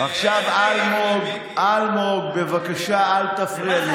עכשיו, אלמוג, בבקשה אל תפריע לי.